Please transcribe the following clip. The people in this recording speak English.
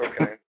Okay